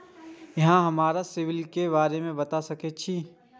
अहाँ हमरा सिबिल के बारे में बता सके छी?